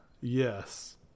Yes